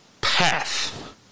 Path